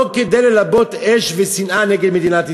לא כדי ללבות אש ושנאה נגד מדינת ישראל.